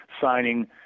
signing